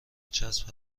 چسب